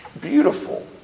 beautiful